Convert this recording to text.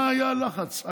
מה היה הלחץ?